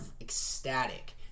ecstatic